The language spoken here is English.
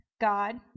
God